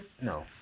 no